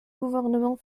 gouvernement